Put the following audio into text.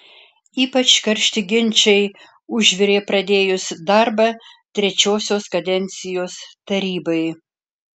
ypač karšti ginčai užvirė pradėjus darbą trečiosios kadencijos tarybai